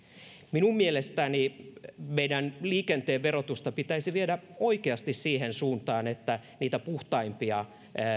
minun mielestäni meillä liikenteen verotusta pitäisi viedä oikeasti siihen suuntaan että